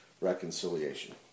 reconciliation